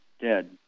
dead